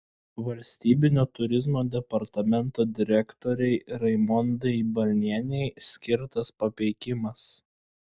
valstybinio turizmo departamento direktorei raimondai balnienei skirtas papeikimas